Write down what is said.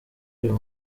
uyu